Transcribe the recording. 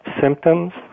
symptoms